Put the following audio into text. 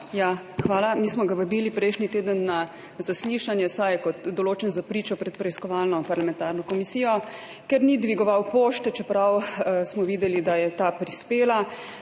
Magyar. Mi smo ga vabili prejšnji teden na zaslišanje, saj je določen za pričo pred preiskovalno parlamentarno komisijo. Ker ni dvigoval pošte, čeprav smo videli, da je ta prispela,